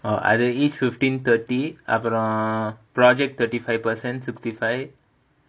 அது:adhu fifteen thirty அப்புறம்:appuram project thirty five percent sixty five